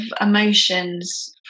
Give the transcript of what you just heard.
emotions